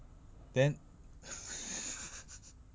then